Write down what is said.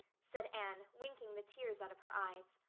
said anne, winking the tears out of her eyes.